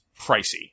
pricey